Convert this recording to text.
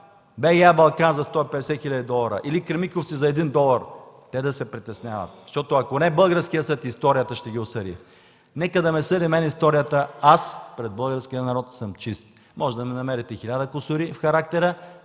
БГА „Балкан” за 150 хил. долара или „Кремиковци” за 1 долар, да се притесняват, защото ако не българският съд, историята ще ги осъди. Нека да ме съди мен историята, аз пред българския народ съм чист. Може да ми намерите хиляда кусура в характера,